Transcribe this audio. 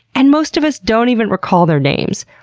and most of us don't even recall their names.